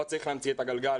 לא צריך להמציא את הגלגל,